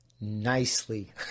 nicely